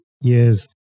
year's